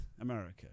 america